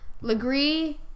LeGree